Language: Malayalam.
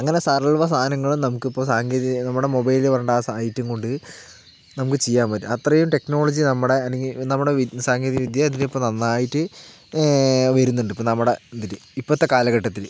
അങ്ങനെ സർവ്വ സാധനങ്ങളും നമുക്കിപ്പോൾ സാങ്കേതിക നമ്മുടെ മൊബൈല് പറയുന്ന ആ സയിറ്റും കൊണ്ട് നമുക്ക് ചെയ്യാൻ പറ്റും അത്രയും ടെക്നോളജി നമ്മുടെ അല്ലെങ്കിൽ നമ്മുടെ വിദ് സാങ്കേതികവിദ്യ അതിലിപ്പോൾ നന്നായിട്ട് വരുന്നുണ്ട് ഇപ്പോൾ നമ്മുടെ ഇപ്പോഴത്തെ കാലഘട്ടത്തിൽ